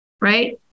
Right